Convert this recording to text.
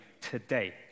today